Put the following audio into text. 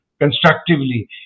constructively